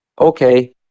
okay